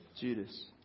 Judas